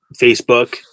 Facebook